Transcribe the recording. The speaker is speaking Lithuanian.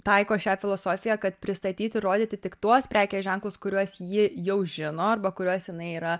taiko šią filosofiją kad pristatyti ir rodyti tik tuos prekės ženklus kuriuos ji jau žino arba kuriuos jinai yra